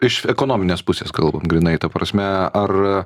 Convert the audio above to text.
iš ekonominės pusės kalbam grynai ta prasme ar